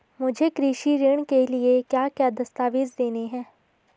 मुझे कृषि ऋण के लिए क्या क्या दस्तावेज़ देने हैं?